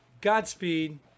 Godspeed